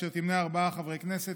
אשר תמנה ארבעה חברי כנסת,